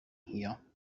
here